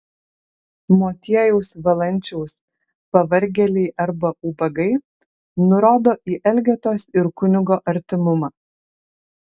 motiejaus valančiaus pavargėliai arba ubagai nurodo į elgetos ir kunigo artimumą